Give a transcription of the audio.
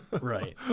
right